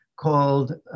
called